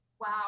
Wow